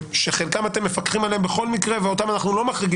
שעל חלקם אתם מפקחים בכל מקרה ואותם אנחנו לא מחריגים